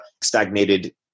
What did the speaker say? stagnated